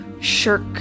shirk